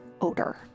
odor